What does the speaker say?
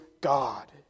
God